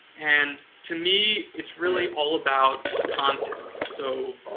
and to me it's really all about the content. so,